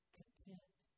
content